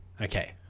Okay